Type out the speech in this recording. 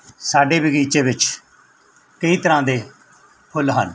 ਸਾਡੇ ਬਗੀਚੇ ਵਿੱਚ ਕਈ ਤਰ੍ਹਾਂ ਦੇ ਫੁੱਲ ਹਨ